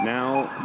Now